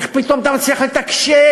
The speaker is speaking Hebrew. איך פתאום אתה מצליח לתקשר.